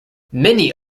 many